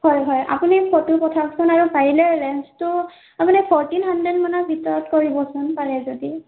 হয় হয় আপুনি ফটো পঠাওকচোন আৰু পাৰিলে ৰেন্চটো আপুনি ফ'ৰটিন হানড্ৰেদ মানৰ ভিতৰত কৰিবচোন পাৰে যদি